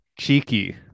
Cheeky